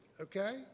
okay